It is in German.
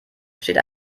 steht